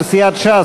של סיעת ש"ס.